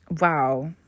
wow